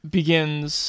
begins